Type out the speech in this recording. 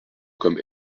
comme